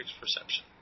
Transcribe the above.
perception